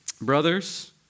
Brothers